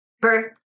Birth